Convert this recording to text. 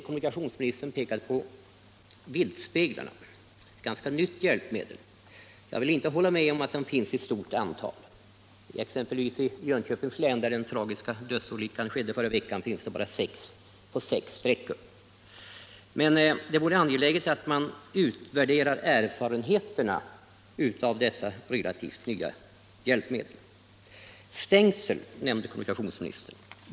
Kommunikationsministern pekade på viltspeglarna — ett ganska nytt hjälpmedel. Jag vill inte hålla med om att de finns i stort antal. Exempelvis i Jönköpings län, där den tragiska dödsolyckan skedde förra veckan, finns sådana speglar bara på sex sträckor. Men det vore angeläget att man utvärderade erfarenheterna av detta relativt nya hjälpmedel. Även stängsel nämndes av kommunikationsministern.